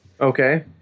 Okay